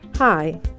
Hi